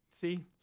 See